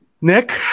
Nick